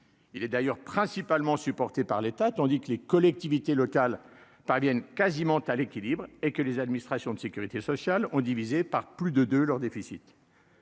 il est d'ailleurs principalement supportée par l'État, tandis que les collectivités locales parviennent quasiment à l'équilibre et que les administrations de Sécurité sociale ont divisé par plus de 2 leur déficit.